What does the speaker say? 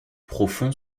profond